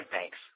thanks